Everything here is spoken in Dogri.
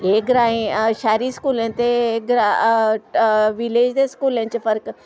एह् ग्राईं शैह्री स्कूलें ते ग्रां विलेज दे स्कूलें च फर्क